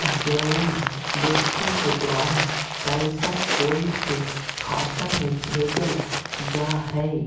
जउन व्यक्ति के द्वारा पैसा कोई के खाता में भेजल जा हइ